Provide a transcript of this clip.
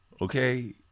okay